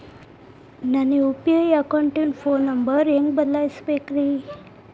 ನನ್ನ ಯು.ಪಿ.ಐ ಅಕೌಂಟಿನ phone number ಹೆಂಗ್ ಬದಲಾಯಿಸ ಬೇಕ್ರಿ?